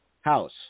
House